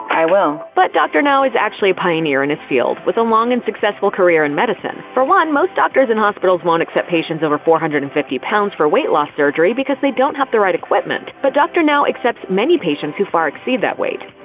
i will. but dr. now is actually a pioneer in his field, with a long and successful career in medicine. for one, most doctors and hospitals won't accept patients over four hundred and fifty pounds for weight loss surgery because they don't have the right equipment, but dr. now accepts many patients who far exceed that weight.